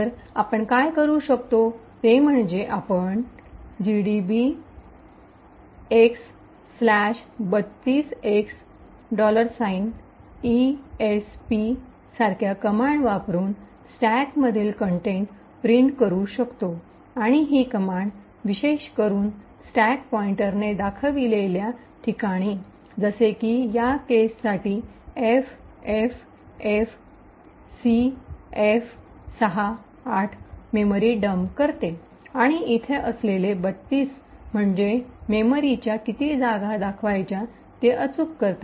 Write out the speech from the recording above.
तर आपण काय करू शकतो ते म्हणजे आपण gdb x32x esp सारख्या कमांड वापरून स्टयाक मधील कन्टेन्ट प्रिंट करू शकतो आणि हि कमांड विशेष करून स्टयाक पॉइन्टरने दाखविलेल्या ठिकाणी जसेकी या केस साठी ffffcf68 मेमरी डम्प करते आणि इथे असलेले ३२ म्हणजे मेमरीच्या किती जागा दाखवायच्या ते सूचित करते